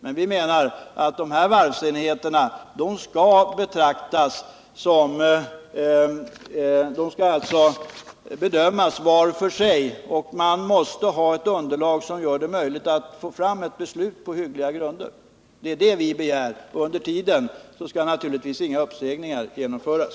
Men vi menar att de här varvsenheterna skall bedömas var för sig. Man måste ha ett underlag som gör det möjligt att få fram ett beslut på hyggliga grunder; det är vad vi begär. Under tiden skall naturligtvis inga uppsägningar genomföras.